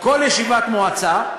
כל ישיבת מועצה,